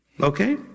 Okay